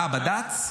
אה, בד"ץ?